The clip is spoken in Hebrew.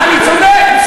אני צודק.